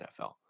NFL